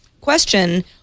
question-